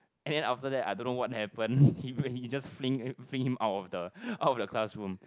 and then after that I don't know what happen he he just fling fling him out of the out of the classroom